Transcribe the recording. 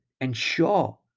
Ensure